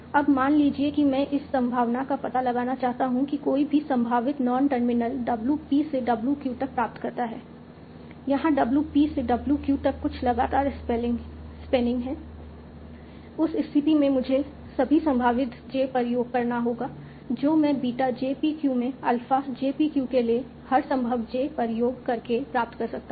अब मान लीजिए कि मैं इस संभावना का पता लगाना चाहता हूं कि कोई भी संभावित नॉन टर्मिनल W p से W q तक प्राप्त करता है यहां W p से W q तक कुछ लगातार स्पैनिंग हैं उस स्थिति में मुझे सभी संभावित j पर योग करना होगा जो मैं बीटा j p q में अल्फ़ा j p q के लिए हर संभव j पर योग करके प्राप्त कर सकता हूं